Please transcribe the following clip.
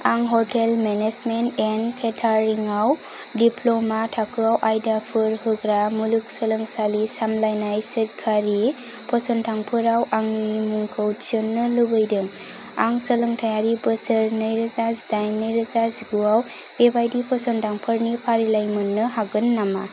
आं hotel management and catering आव diploma थाखोआव आयदाफोर होग्रा मुलुगसोलोंसालि सामलायनाय सोरखारि फसंथानफोराव आंनि मुंखौ थिसन्नो लुबैदों आं सोलोंथाइयारि बोसोर नैरोजाजिदाइन नैरोजा जिगुआव बेबायदि फसंथानफोरनि फारिलाइ मोन्नो हागोन नामा